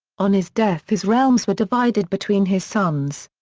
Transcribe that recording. on his death his realms were divided between his sons.